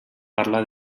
parla